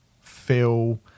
feel